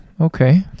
Okay